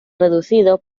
reducido